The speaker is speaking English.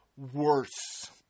Worse